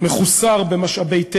מחוסר במשאבי טבע,